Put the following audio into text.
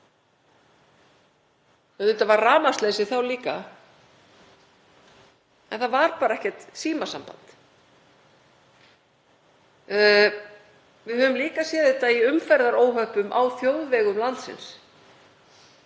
Auðvitað var rafmagnsleysi þá líka en það var bara ekkert símasamband. Við höfum líka séð þetta í umferðaróhöppum á þjóðvegum landsins